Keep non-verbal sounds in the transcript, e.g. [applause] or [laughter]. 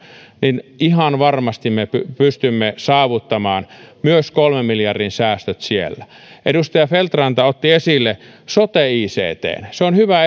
niin ihan varmasti me pystymme saavuttamaan myös kolmen miljardin säästöt siinä edustaja feldt ranta otti esille sote ictn se on hyvä [unintelligible]